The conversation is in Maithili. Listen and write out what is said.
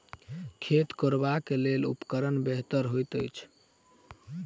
खेत कोरबाक लेल केँ उपकरण बेहतर होइत अछि?